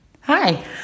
Hi